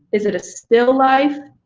is it a still life?